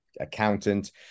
accountant